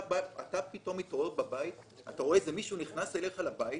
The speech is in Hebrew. אתה מתעורר בבית, אתה רואה מישהו שפורץ לבית.